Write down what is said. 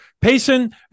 Payson